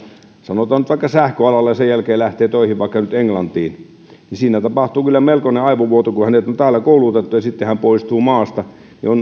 sanotaan nyt vaikka sähköalalla ja sen jälkeen lähtee töihin vaikka nyt englantiin siinä tapahtuu kyllä melkoinen aivovuoto kun hänet on täällä koulutettu ja sitten hän poistuu maasta ja